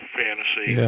fantasy